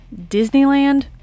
Disneyland